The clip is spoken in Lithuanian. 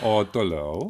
o toliau